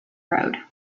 road